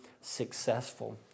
successful